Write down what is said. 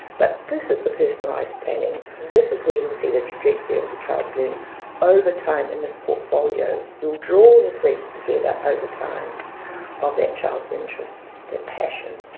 but this is the personalized planning. this is where you will see the trajectory of the child's learning over time in this portfolio. you'll draw the threads together over time of that child's interest, their passion,